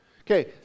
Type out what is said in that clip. Okay